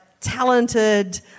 talented